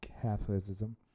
catholicism